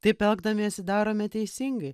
taip elgdamiesi darome teisingai